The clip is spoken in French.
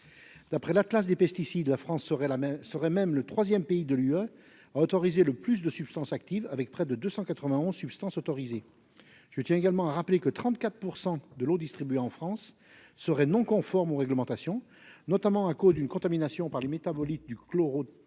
D'après l', la France serait même le troisième pays de l'Union européenne à autoriser le plus de substances actives, pour un total de près de 291 substances autorisées. Je tiens également à rappeler que 34 % de l'eau distribuée en France serait non conforme aux réglementations, notamment à cause d'une contamination par les métabolites du chlorothalonil,